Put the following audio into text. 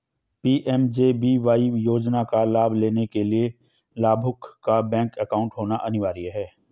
PMJBY योजना का लाभ लेने के लिया लाभुक का बैंक अकाउंट होना अनिवार्य है